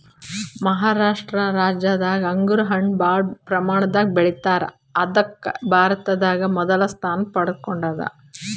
ಮಹಾರಾಷ್ಟ ರಾಜ್ಯದಾಗ್ ಅಂಗೂರ್ ಹಣ್ಣ್ ಭಾಳ್ ಪ್ರಮಾಣದಾಗ್ ಬೆಳಿತಾರ್ ಅದಕ್ಕ್ ಭಾರತದಾಗ್ ಮೊದಲ್ ಸ್ಥಾನ ಪಡ್ಕೊಂಡದ್